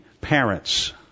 parents